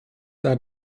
that